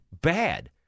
bad